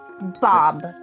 Bob